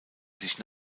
sich